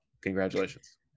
Congratulations